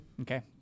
Okay